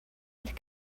had